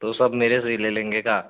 तो सब मेरे से ही ले लेंगे का